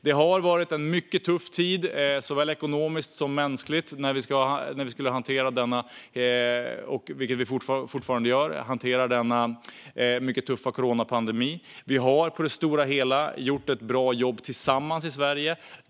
Det har varit en mycket tuff tid såväl ekonomiskt som mänskligt då vi har hanterat den mycket tuffa coronapandemin, vilket vi fortfarande gör. Vi har på det stora hela gjort ett bra jobb tillsammans i Sverige.